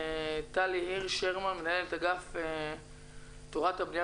טלי הירש שרמן מנהלת אגף תורת הבנייה